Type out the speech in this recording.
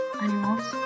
animals